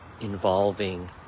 involving